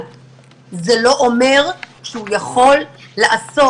יחד עם זאת, זה לא אומר שהוא יכול לעשות